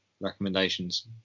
recommendations